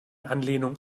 anlehnung